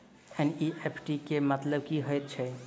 NEFT केँ मतलब की हएत छै?